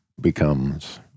becomes